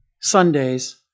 Sundays